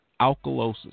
alkalosis